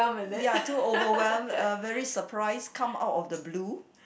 ya too overwhelmed uh very surprised come out of the blue